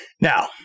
Now